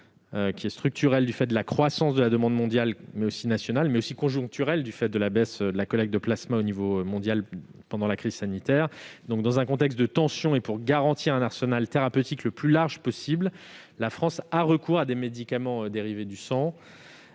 tension, structurelle, du fait de la croissance de la demande mondiale, mais aussi nationale, et conjoncturelle, du fait de la baisse de la collecte de plasma à l'échelle mondiale pendant la crise sanitaire. Dans un contexte de tensions et pour garantir un arsenal thérapeutique le plus large possible, la France a recours à des médicaments dérivés du sang